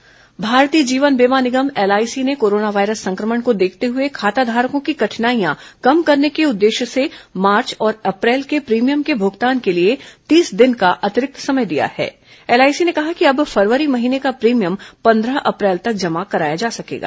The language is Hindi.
corona LIC PPF Bharatiya Jeevan Bima Nigam LIC ने कोरोना वायरस संक्रमण को देखते हुए खाताधारकों की कठिनाइयां कम करने के उद्देश्य से मार्व और अप्रैल के प्रीमियम के भगतान के लिए तीस दिने का अतिरिक्त समय एलआईसी ने कहा कि अब फरवरी महीने का प्रीमियम पन्द्रह अप्रैल तक जमा कराया जा सकेगा